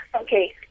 Okay